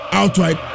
outright